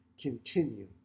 continue